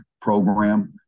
program